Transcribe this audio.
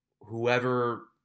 whoever